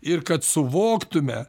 ir kad suvoktume